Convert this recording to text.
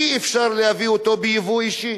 אי-אפשר להביא אותו בייבוא אישי,